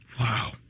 Wow